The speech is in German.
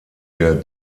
der